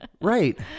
Right